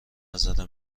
نظر